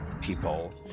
people